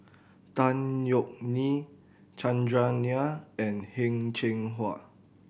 Tan Yeok Nee Chandran Nair and Heng Cheng Hwa